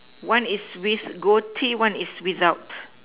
one is with goatee one is without